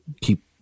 keep